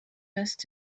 must